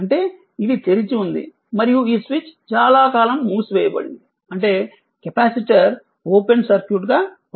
అంటే ఇది తెరిచి ఉంది మరియు ఈ స్విచ్ చాలా కాలం మూసివేయబడింది అంటే కెపాసిటర్ ఓపెన్ సర్క్యూట్గా పనిచేస్తోంది